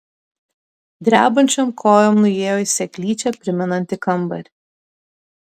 drebančiom kojom nuėjo į seklyčią primenantį kambarį